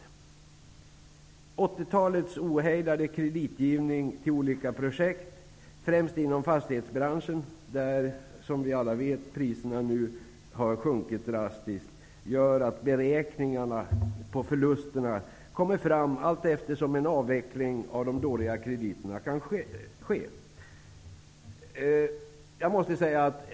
1980-talets ohejdade kreditgivning till olika projekt främst inom fastighetsbranschen -- där priserna har sjunkit drastiskt, som vi alla vet -- gör att beräkningarna av förluster kommer fram allteftersom en avveckling av de dåliga krediterna kan ske.